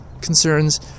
concerns